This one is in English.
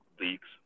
leaks